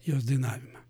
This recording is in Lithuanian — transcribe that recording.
jos dainavimą